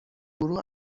گروه